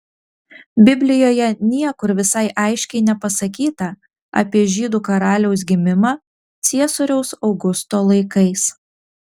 biblijoje niekur visai aiškiai nepasakyta apie žydų karaliaus gimimą ciesoriaus augusto laikais